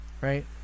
Right